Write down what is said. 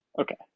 Okay